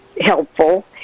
Helpful